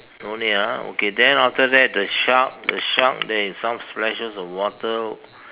no need ah okay then after that the shark the shark there is some splashes of water